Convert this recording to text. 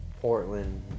Portland